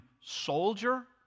soldier